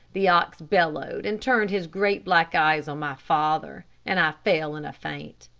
the ox bellowed, and turned his great black eyes on my father, and i fell in a faint.